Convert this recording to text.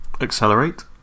Accelerate